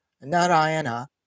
Narayana